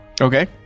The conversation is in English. Okay